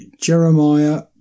Jeremiah